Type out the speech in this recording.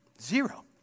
zero